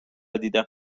دیدم